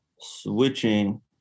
switching